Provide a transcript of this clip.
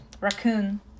Raccoon